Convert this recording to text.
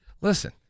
listen